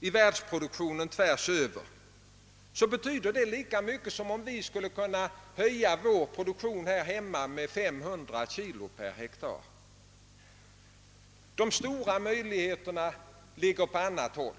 i världsproduktionen, betyder det lika mycket som om vi kunde höja vår produktion med 500 kilogram per hektar. De stora möjligheterna ligger på annat håll.